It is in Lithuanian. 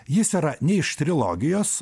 jis yra ne iš trilogijos